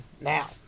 now